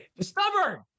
stubborn